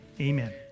amen